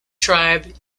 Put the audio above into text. tribe